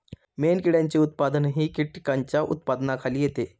मेणकिड्यांचे उत्पादनही कीटकांच्या उत्पादनाखाली येते